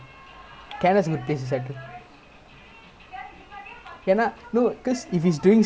because he doing I_T so like இங்கிருந்து வேணா பண்லாம்:ingirunthu venaa panlaam then he say he wanna